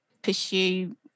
Pursue